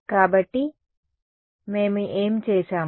కాబట్టి మేము ఏమి చేసాము